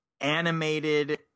animated